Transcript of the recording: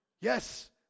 Yes